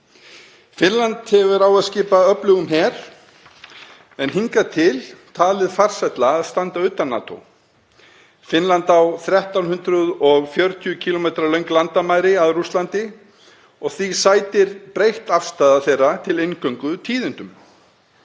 Finnland hefur á að skipa öflugum her en hingað til talið farsælla að standa utan NATO. Finnland á 1.340 km löng landamæri að Rússlandi og því sætir breytt afstaða þeirra til inngöngu tíðindum.